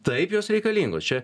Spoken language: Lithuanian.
taip jos reikalingos čia